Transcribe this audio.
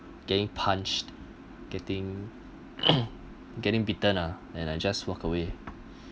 getting punched getting getting bitten ah and I just walk away